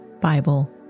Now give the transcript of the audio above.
Bible